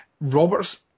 Robert's